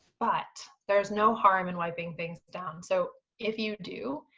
but there's no harm in wiping things down. so if you do,